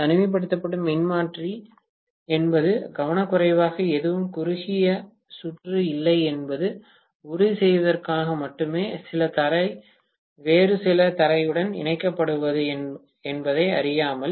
தனிமைப்படுத்தும் மின்மாற்றி என்பது கவனக்குறைவாக எதுவும் குறுகிய சுற்று இல்லை என்பதை உறுதி செய்வதற்காக மட்டுமே சில தரை வேறு சில தரையுடன் இணைக்கப்பட்டுள்ளது என்பதை அறியாமல்